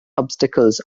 obstacles